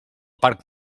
parc